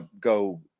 go